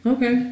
Okay